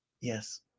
yes